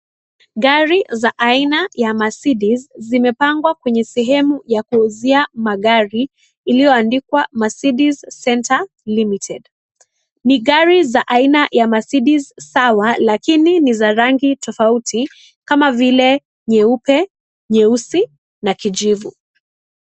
Gari za aina ya Mercedes , zimepangwa kwenye sehemu ya kuuzia magari iliyoandikwa Mercedes Center Limited . Ni gari za aina ya Mercedes sawa lakini, ni rangi tofauti kama vile nyeupe, nyeusi na kijivu.